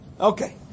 Okay